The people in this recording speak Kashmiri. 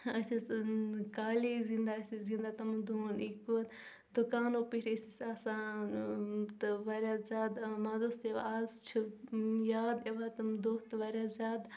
أسۍ ٲسۍ کالی یس آسان گِنٛدان أسۍ ٲسۍ گِندان تِمن دۄہن ایکووس دُکانو پٮ۪ٹھۍ ٲسۍ أسۍ آسان تہٕ واریاہ زیادٕ اۭں مزٕ اوس یِوان آز چھِ یاد پیٚوان تِم دۄہ تہٕ واریاہ زیادٕ